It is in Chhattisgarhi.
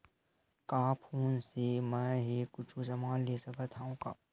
का फोन से मै हे कुछु समान ले सकत हाव का?